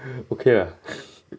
okay lah